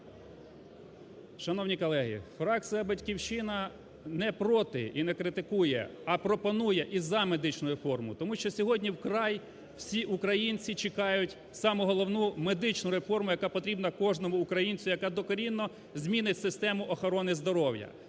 Шановні колеги, фракція "Батьківщина" не проти і не критикує, а пропонує і за медичну реформу. Тому що сьогодні вкрай всі українці чекають саму головну – медичну реформу, яка потрібна кожному українцю, яка докорінно змінить систему охорони здоров'я.